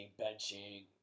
benching